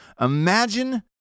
Imagine